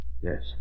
Yes